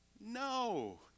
No